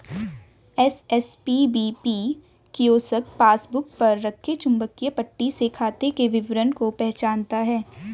SSPBP kiosk passbook पर रखे चुंबकीय पट्टी से खाते के विवरण को पहचानता है